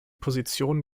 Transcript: position